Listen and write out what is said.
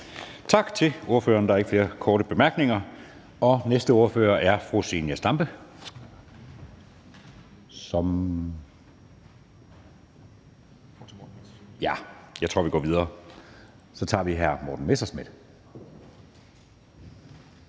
Tak til ordføreren. Der er ikke flere korte bemærkninger. Næste ordfører er fru Zenia Stampe – nej, jeg tror, at vi går videre. Så tager vi hr. Morten Messerschmidt.